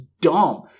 dumb